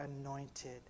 anointed